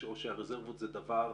או שהרזרבות זה דבר